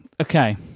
Okay